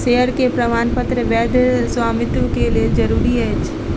share के प्रमाणपत्र वैध स्वामित्व के लेल जरूरी अछि